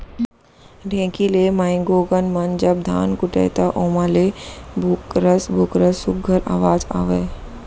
ढेंकी ले माईगोगन मन जब धान कूटय त ओमा ले भुकरस भुकरस सुग्घर अवाज आवय